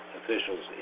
officials